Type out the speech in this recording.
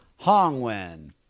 Hongwen